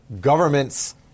governments